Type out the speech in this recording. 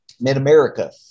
Mid-America